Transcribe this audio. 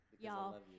y'all